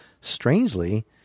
strangely